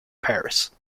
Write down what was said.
paris